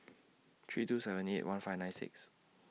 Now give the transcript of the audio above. three two seven eight one five nine six